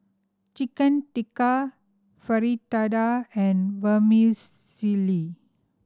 Chicken Tikka Fritada and Vermicelli